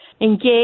engage